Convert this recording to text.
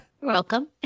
Welcome